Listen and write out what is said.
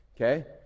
okay